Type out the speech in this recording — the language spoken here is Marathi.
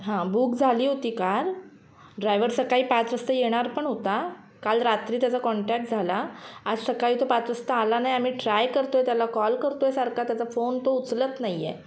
हां बुक झाली होती कार ड्रायव्हर सकाळी पाच वाजता येणार पण होता काल रात्री त्याचा कॉन्टॅक्ट झाला आज सकाळी तो पाच वाजता आला नाही आम्ही ट्राय करत आहे त्याला कॉल करत आहे सारखा त्याचा फोन तो उचलत नाही आहे